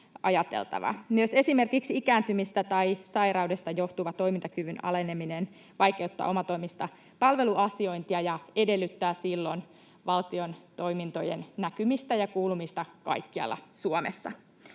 Myös esimerkiksi ikääntymisestä tai sairaudesta johtuva toimintakyvyn aleneminen vaikeuttaa omatoimista palveluasiointia ja edellyttää silloin valtion toimintojen näkymistä ja kuulumista kaikkialla Suomessa.